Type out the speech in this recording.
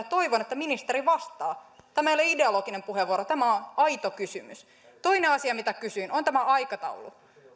vastauksen toivon että ministeri vastaa tämä ei ole ideologinen puheenvuoro tämä on aito kysymys toinen asia mitä kysyin on tämä aikataulu